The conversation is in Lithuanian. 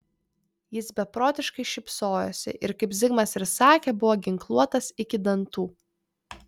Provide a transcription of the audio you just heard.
jis beprotiškai šypsojosi ir kaip zigmas ir sakė buvo ginkluotas iki dantų